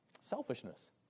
selfishness